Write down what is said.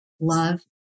Love